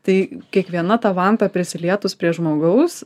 tai kiekviena ta vanta prisilietus prie žmogaus